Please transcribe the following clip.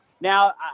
Now